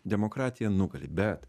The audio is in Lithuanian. demokratija nugali bet